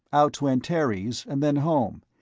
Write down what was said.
out to antares and then home,